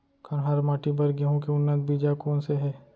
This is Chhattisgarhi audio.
कन्हार माटी बर गेहूँ के उन्नत बीजा कोन से हे?